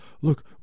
look